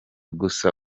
gusa